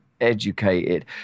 educated